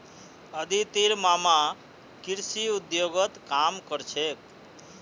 अदितिर मामा कृषि उद्योगत काम कर छेक